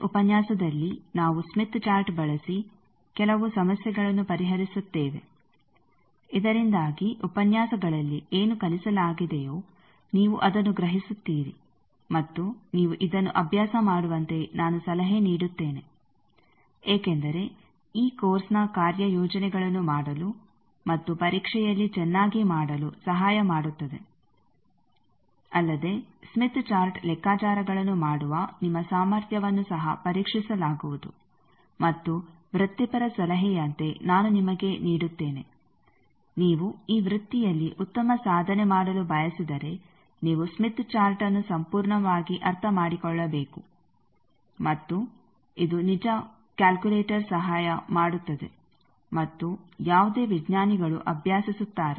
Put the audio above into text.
ಈ ಉಪನ್ಯಾಸದಲ್ಲಿ ನಾವು ಸ್ಮಿತ್ ಚಾರ್ಟ್ ಬಳಸಿ ಕೆಲವು ಸಮಸ್ಯೆಗಳನ್ನು ಪರಿಹರಿಸುತ್ತೇವೆ ಇದರಿಂದಾಗಿ ಉಪನ್ಯಾಸಗಳಲ್ಲಿ ಏನು ಕಲಿಸಲಾಗಿದೆಯೋ ನೀವು ಅದನ್ನು ಗ್ರಹಿಸುತ್ತೀರಿ ಮತ್ತು ನೀವು ಇದನ್ನು ಅಭ್ಯಾಸ ಮಾಡುವಂತೆ ನಾನು ಸಲಹೆ ನೀಡುತ್ತೇನೆ ಏಕೆಂದರೆ ಈ ಕೋರ್ಸ್ನ ಕಾರ್ಯಯೋಜನೆಗಳನ್ನು ಮಾಡಲು ಮತ್ತು ಪರೀಕ್ಷೆಯಲ್ಲಿ ಚೆನ್ನಾಗಿ ಮಾಡಲು ಸಹಾಯ ಮಾಡುತ್ತದೆ ಅಲ್ಲದೆ ಸ್ಮಿತ್ ಚಾರ್ಟ್ ಲೆಕ್ಕಾಚಾರಗಳನ್ನು ಮಾಡುವ ನಿಮ್ಮ ಸಾಮರ್ಥ್ಯವನ್ನು ಸಹ ಪರೀಕ್ಷಿಸಲಾಗುವುದು ಮತ್ತು ವೃತ್ತಿಪರ ಸಲಹೆಯಂತೆ ನಾನು ನಿಮಗೆ ನೀಡುತ್ತೇನೆ ನೀವು ಈ ವೃತ್ತಿಯಲ್ಲಿ ಉತ್ತಮ ಸಾಧನೆ ಮಾಡಲು ಬಯಸಿದರೆ ನೀವು ಸ್ಮಿತ್ ಚಾರ್ಟ್ಅನ್ನು ಸಂಪೂರ್ಣವಾಗಿ ಅರ್ಥಮಾಡಿಕೊಳ್ಳಬೇಕು ಮತ್ತು ಇದು ನಿಜ ಕಾಲ್ಕುಲೇಟರ್ ಸಹಾಯ ಮಾಡುತ್ತದೆ ಮತ್ತು ಯಾವುದೇ ವಿಜ್ಞಾನಿಗಳು ಅಭ್ಯಾಸಿಸುತ್ತಾರೆ